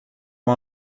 com